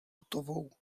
hotovou